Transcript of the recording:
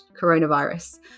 coronavirus